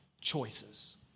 choices